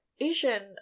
Asian